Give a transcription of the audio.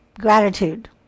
gratitude